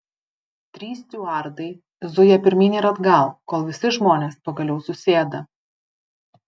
trys stiuardai zuja pirmyn ir atgal kol visi žmonės pagaliau susėda